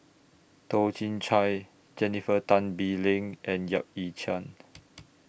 Toh Chin Chye Jennifer Tan Bee Leng and Yap Ee Chian